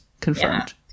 Confirmed